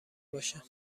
باشم